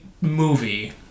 movie